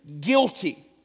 guilty